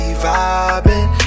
vibing